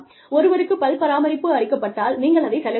ஒருவருக்குப் பல் பராமரிப்பு அளிக்கப்பட்டால் நீங்கள் அதைச் செலவிடலாம்